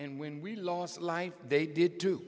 and when we lost life they did to